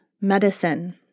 medicine